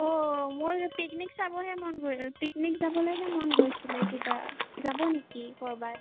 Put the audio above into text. অঁ মোৰ পিকনিক চাবলে মন পিকনিক যাবলৈহে মন গৈছিলে কিবা যাব নেকি ক'ৰবাত